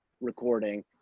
recording